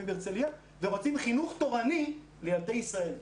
בהרצליה ורוצים חינוך תורני לילדי ישראל,